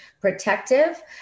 protective